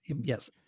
Yes